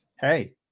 hey